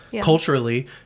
culturally